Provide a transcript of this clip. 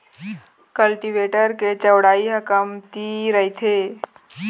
cultivator के चउड़ई ह कमती रहिथे